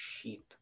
sheep